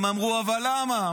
הם אמרו: אבל למה?